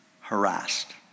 harassed